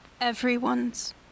everyone's